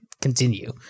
continue